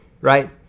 right